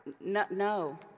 no